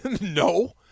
No